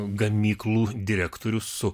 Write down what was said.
gamyklų direktorių su